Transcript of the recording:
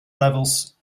levels